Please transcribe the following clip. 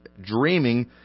dreaming